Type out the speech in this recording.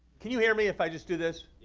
can you hear me if i just do this?